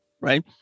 right